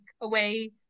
away